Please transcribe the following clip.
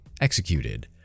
executed